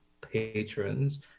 patrons